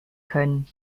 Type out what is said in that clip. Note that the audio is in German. können